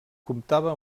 comptava